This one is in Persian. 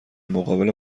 مقابل